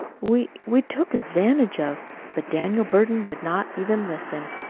we we took advantage of but daniel burton would not even listen.